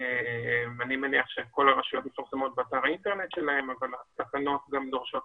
אני מניח שכל הרשויות מפרסמות באתר האינטרנט שלהן אבל התקנות גם דורשות